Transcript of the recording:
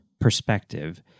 perspective